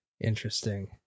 interesting